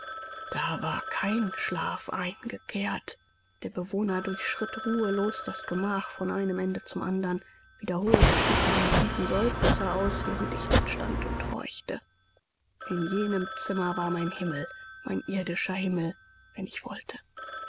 da war kein schlaf eingekehrt der bewohner durchschritt ruhelos das gemach von einem ende zum andern wiederholt stieß er einen tiefen seufzer aus während ich dort stand und horchte in jenem zimmer war mein himmel mein irdischer himmel wenn ich wollte